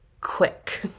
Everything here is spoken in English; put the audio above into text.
quick